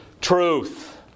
truth